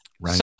Right